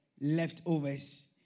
leftovers